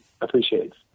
appreciates